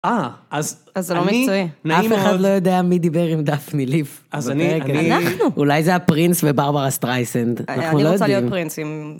אה, אז זה לא מקצועי. אף אחד לא יודע מי דיבר עם דפני ליף. אז אני, אנחנו. אולי זה הפרינס וברברה סטרייסנד. אני רוצה להיות פרינס אם...